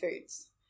foods